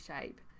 shape